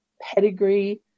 pedigree